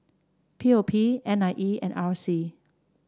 P O P N I E and R C